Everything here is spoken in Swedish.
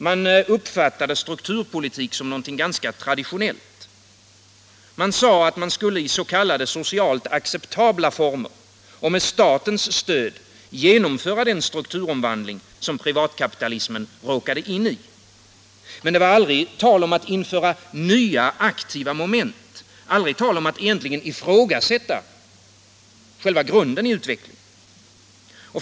Man uppfattade strukturpolitik som något mycket traditionellt. Man skulle i s.k. socialt acceptabla former och med statens stöd genomföra den strukturomvandling som privatkapitalismen råkade in i. Det var aldrig tal om att införa nya, aktiva moment, aldrig tal om att egentligen ifrågasätta själva grunden i utvecklingen.